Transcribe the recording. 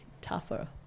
tougher